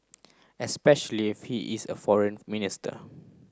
especially if he is a foreign minister